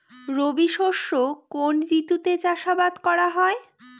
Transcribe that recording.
রবি শস্য কোন ঋতুতে চাষাবাদ করা হয়?